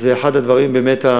זה באמת אחד הדברים הכואבים.